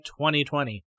2020